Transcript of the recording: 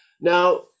Now